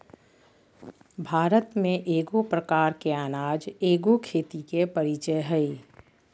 भारत में एगो प्रकार के अनाज एगो खेती के परीचय हइ